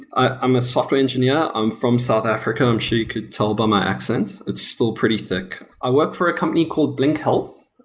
i'm a software engineer. i'm from south africa. i'm sure you could tell by my accent. it's still pretty thick. i work for a company called blink health.